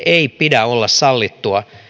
ei pidä olla sallittua